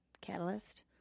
catalyst